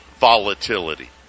volatility